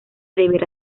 deberá